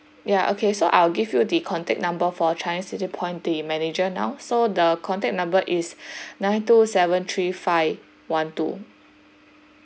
ya okay so I'll give you the contact number for changi city point the manager now so the contact number is nine two seven three five one two